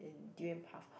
durian puff